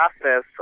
process